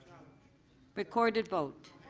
recorded vote.